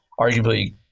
arguably